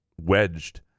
wedged